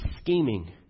scheming